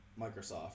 Microsoft